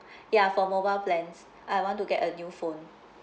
ya for mobile plans I want to get a new phone